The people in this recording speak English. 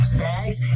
bags